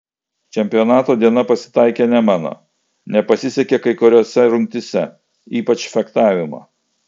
čempionato diena pasitaikė ne mano nepasisekė kai kuriose rungtyse ypač fechtavimo